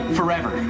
Forever